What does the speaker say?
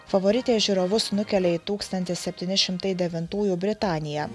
favoritė žiūrovus nukelia į tūkstantis septyni šimtai devintųjų britaniją